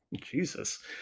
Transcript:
Jesus